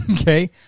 Okay